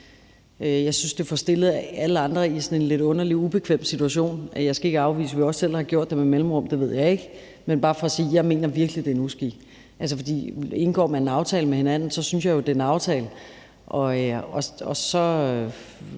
Jeg synes, at stiller alle andre i sådan en lidt underlig, ubekvem situation. Jeg skal ikke afvise, at vi også selv har gjort det med mellemrum. Det ved jeg ikke. Men det er bare for at sige, at jeg virkelig mener, at det er en uskik. Indgår man en aftale med hinanden, synes jeg jo at det er en aftale, og så